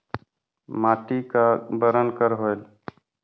माटी का बरन कर होयल?